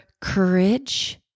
courage